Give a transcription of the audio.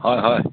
হয় হয়